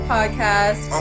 Podcast